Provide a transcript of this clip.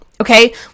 Okay